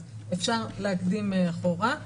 אז אפשר להקדים אחורה.